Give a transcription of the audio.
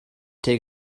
der